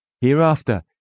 Hereafter